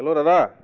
hello দাদা